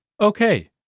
Okay